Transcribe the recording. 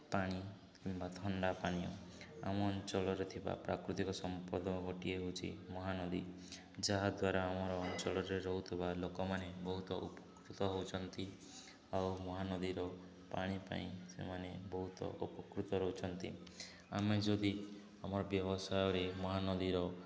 ପାଣି କିମ୍ବା ଥଣ୍ଡା ପାନୀୟ ଆମ ଅଞ୍ଚଳରେ ଥିବା ପ୍ରାକୃତିକ ସମ୍ପଦ ଗୋଟିଏ ହେଉଛି ମହାନଦୀ ଯାହା ଦ୍ୱାରା ଆମର ଅଞ୍ଚଳରେ ରହୁଥିବା ଲୋକମାନେ ବହୁତ ଉପକୃତ ହେଉଛନ୍ତି ଆଉ ମହାନଦୀର ପାଣି ପାଇଁ ସେମାନେ ବହୁତ ଉପକୃତ ରହୁଛନ୍ତି ଆମେ ଯଦି ଆମର ବ୍ୟବସାୟରେ ମହାନଦୀର